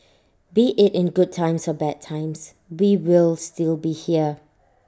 be IT in good times or bad times we will still be here